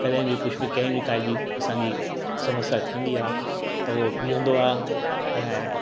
कॾहिं बि कुझु बि कंहिं बि काई बि असांजी समस्या थींदी आहे त उहो बीहंदो आहे ऐं